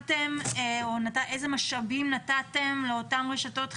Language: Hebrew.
איזה משאבים נתתם לאותן רשתות חינוך,